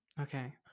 Okay